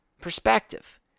Perspective